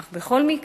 אך בכל מקרה,